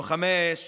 לוחמי האש